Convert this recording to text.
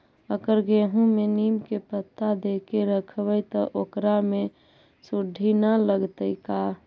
अगर गेहूं में नीम के पता देके यखबै त ओकरा में सुढि न लगतै का?